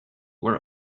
were